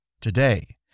Today